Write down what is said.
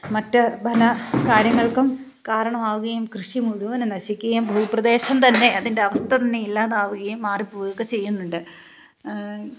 മറ്റു കാര്യങ്ങൾക്കും കാരണമാവുകയും കൃഷി മുഴുവനും നശിക്കുകയും ഭൂപ്രദേശം തന്നെ അതിൻ്റെ അവസ്ഥ തന്നെ ഇല്ലാതാവുകയും മാറിപ്പോവുകയൊക്കെ ചെയ്യുന്നുണ്ട്